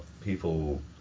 people